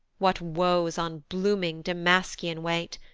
what woes on blooming damasichon wait!